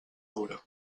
dura